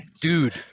dude